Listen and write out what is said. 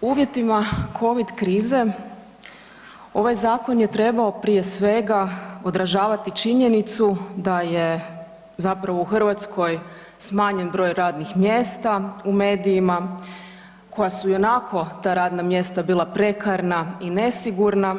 uvjetima covid krize ovaj zakon je trebao prije svega odražavati činjenicu da je zapravo u Hrvatskoj smanjen broj radnih mjesta u medijima koja su ionako ta radna mjesta bila prekarna i nesigurna,